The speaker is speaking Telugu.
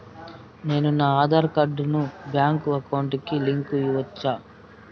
నేను నా ఆధార్ కార్డును బ్యాంకు అకౌంట్ కి లింకు ఇవ్వొచ్చా?